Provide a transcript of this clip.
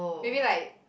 maybe like